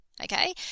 okay